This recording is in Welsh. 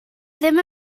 ddim